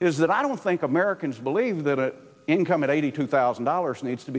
is that i don't think americans believe that income at eighty two thousand dollars needs to